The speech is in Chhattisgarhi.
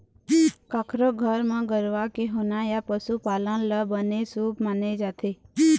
कखरो घर म गरूवा के होना या पशु पालन ल बने शुभ माने जाथे